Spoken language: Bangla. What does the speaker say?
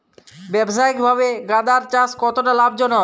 ব্যবসায়িকভাবে গাঁদার চাষ কতটা লাভজনক?